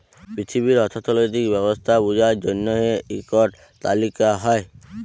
পিথিবীর অথ্থলৈতিক ব্যবস্থা বুঝার জ্যনহে ইকট তালিকা হ্যয়